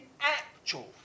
actual